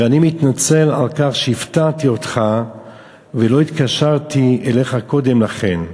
ואני מתנצל על כך שהפתעתי אותך ולא התקשרתי אליך קודם לכן,